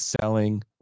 selling